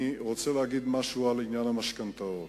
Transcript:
אני רוצה לומר משהו בעניין המשכנתאות: